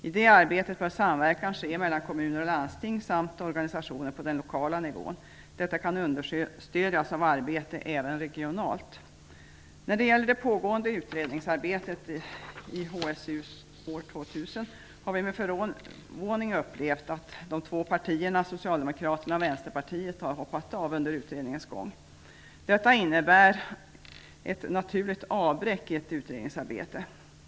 I det arbetet bör samverkan ske mellan kommuner och landsting samt med organisationer på den lokala nivån. Detta kan understödjas av arbete även regionalt. När det gäller det pågående utredningsarbetet i HSU år 2 000 har vi med förvåning upplevt att de två partierna Socialdemokraterna och Vänsterpartiet har hoppat av under utredningens gång. Detta innebär ett naturligt avbräck i ett utredningsarbete.